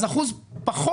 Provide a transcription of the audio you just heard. אז אחוז פחות,